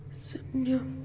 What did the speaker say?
ଶୂନ୍ୟ